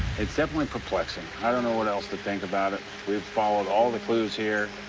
it's definitely perplexing. i don't know what else to think about it. we've followed all the clues here.